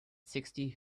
sixty